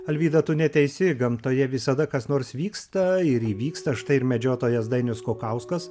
alvyda tu neteisi gamtoje visada kas nors vyksta ir įvyksta štai ir medžiotojas dainius skukauskas